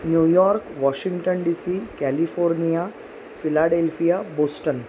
New York Washington DC California philadelphia Boston